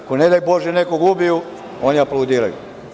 Ako, ne daj Bože, nekog ubiju, oni aplaudiraju.